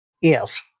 Yes